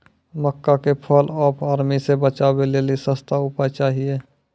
मक्का के fall of army से बचाबै लेली सस्ता उपाय चाहिए?